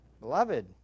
Beloved